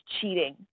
cheating